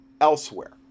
elsewhere